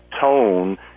tone